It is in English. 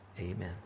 amen